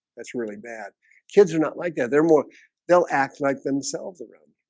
that's really bad kids are not like that. they're more they'll act like themselves around